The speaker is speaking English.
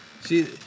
see